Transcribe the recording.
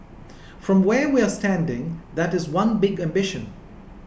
from where we're standing that is one big ambition